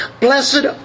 Blessed